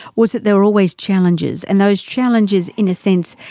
was that there were always challenges, and those challenges, in a sense,